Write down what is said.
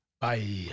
Bye